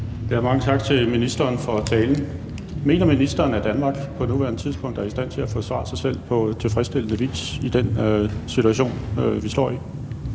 (NB): Mange tak til ministeren for talen. Mener ministeren, at Danmark på nuværende tidspunkt er i stand til at forsvare sig selv på tilfredsstillende vis i den situation, vi står i?